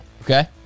Okay